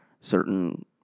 certain